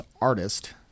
artist